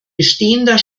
bestehender